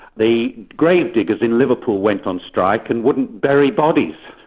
the gravediggers in liverpool went on strike and wouldn't bury bodies.